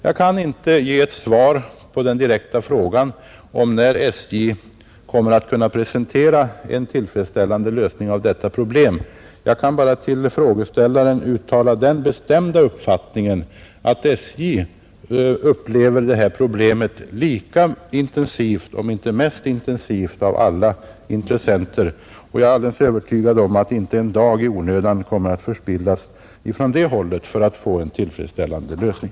Jag kan inte ge ett svar på den direkta frågan om när SJ kommer att kunna presentera en tillfredsställande lösning av detta problem. Jag kan bara till frågeställaren uttala den bestämda uppfattningen att SJ upplever detta problem kanske mest intensivt av alla intressenter. Jag är alldeles övertygad om att inte en dag i onödan kommer att förspillas från det hållet för att denna fråga skall få en tillfredsställande lösning.